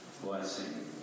blessing